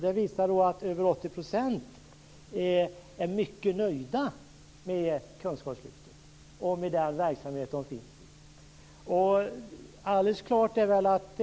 Det visar sig att över 80 % är mycket nöjda med kunskapslyftet och med den verksamhet som de befinner sig i.